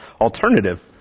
alternative